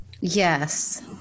yes